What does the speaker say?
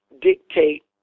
dictate